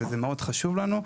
וזה מאוד חשוב לנו.